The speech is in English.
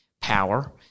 power